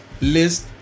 list